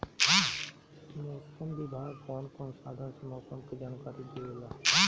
मौसम विभाग कौन कौने साधन से मोसम के जानकारी देवेला?